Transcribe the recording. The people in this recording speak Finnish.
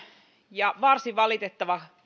ja varsin valitettava